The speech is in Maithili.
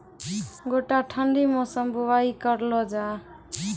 गोटा ठंडी मौसम बुवाई करऽ लो जा?